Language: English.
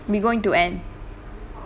we're going to end